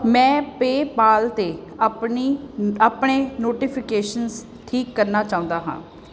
ਮੈਂ ਪੇਪਾਲ 'ਤੇ ਆਪਣੀ ਆਪਣੇ ਨੋਟੀਫਿਕੇਸ਼ਨਸ ਠੀਕ ਕਰਨਾ ਚਾਹੁੰਦਾ ਹਾਂ